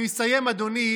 אני מסיים, אדוני.